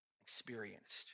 experienced